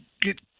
get